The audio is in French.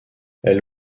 elle